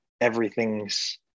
Everything's